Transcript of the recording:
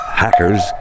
Hackers